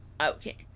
Okay